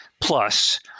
plus